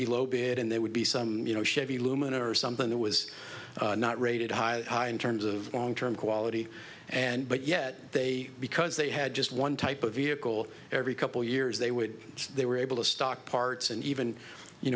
be low bid and there would be some you know chevy lumina or something that was not rated high in terms of long term quality and but yet they because they had just one type of vehicle every couple years they would they were able to stock parts and even you